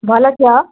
ଭଲ୍ ଅଛ